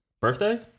Birthday